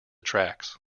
tracks